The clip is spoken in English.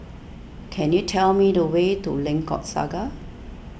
can you tell me the way to Lengkok Saga